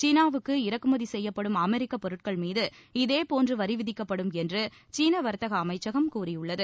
சீனாவுக்கு இறக்குமதி செய்யப்படும் அமெரிக்க பொருட்கள் மீது இதேபோன்று வரி விதிக்கப்படும் என்று சீன வர்த்தக அமைச்சகம் கூறியுள்ளது